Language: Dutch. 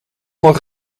nog